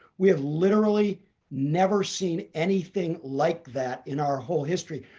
we have literally never seen anything like that in our whole history.